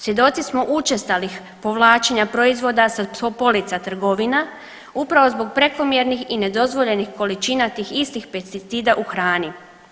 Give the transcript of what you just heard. Svjedoci smo učestalih povlačenja proizvoda sa polica trgovina upravo zbog prekomjernih i nedozvoljenih količina tih istih pesticida u hrani.